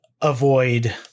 avoid